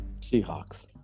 Seahawks